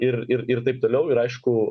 ir ir ir taip toliau ir aišku